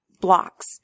blocks